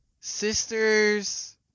sister's